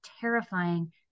terrifying